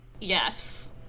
Yes